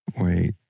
wait